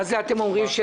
מה זה "אתם יודעים"?